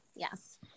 Yes